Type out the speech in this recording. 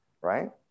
right